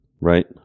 Right